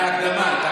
את ההקדמה.